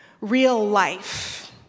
real-life